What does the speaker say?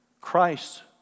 Christ